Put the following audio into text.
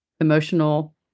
emotional